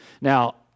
Now